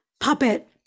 puppet